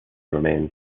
remains